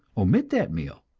omit that meal,